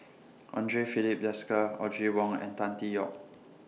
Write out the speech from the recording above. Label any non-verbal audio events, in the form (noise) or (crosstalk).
(noise) Andre Filipe Desker Audrey Wong and Tan Tee Yoke